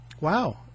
wow